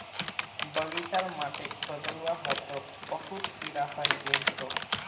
बगीचार माटिक बदलवा ह तोक बहुत कीरा हइ गेल छोक